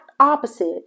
opposite